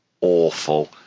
awful